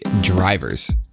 drivers